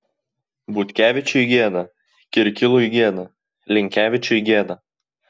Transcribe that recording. butkevičiui gėda kirkilui gėda linkevičiui gėda